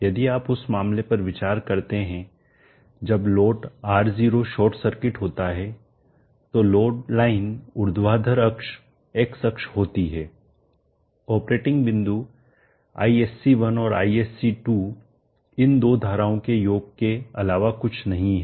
यदि आप उस मामले पर विचार करते हैं जब लोड R0 शॉर्ट सर्किट होता है तो लोड लाइन ऊर्ध्वाधर अक्ष x अक्ष होती है ऑपरेटिंग बिंदु ISC1 और ISC2 इन दो धाराओं के योग के अलावा कुछ नहीं है